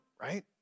right